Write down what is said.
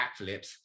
backflips